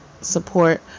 support